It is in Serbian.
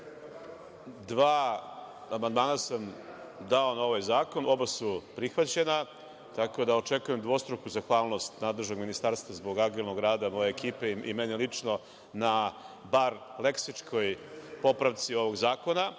Dva amandmana sam dao na ovaj zakon. Oba su prihvaćena, tako da očekujem dvostruku zahvalnost nadležnog ministarstva zbog agilnog rada, moje ekipe i meni lično, na bar leksičkoj popravci ovog zakona. Inače,